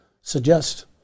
suggest